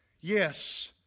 yes